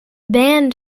band